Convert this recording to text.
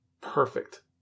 Perfect